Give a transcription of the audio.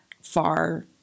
far